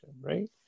right